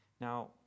Now